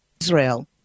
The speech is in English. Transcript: Israel